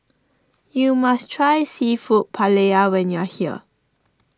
you must try Seafood Paella when you are here